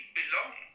belong